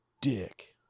dick